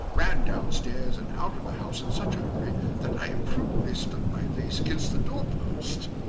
ran down-stairs and out of the house in such a hurry, that i imprudently struck my face against the door-post.